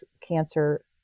cancer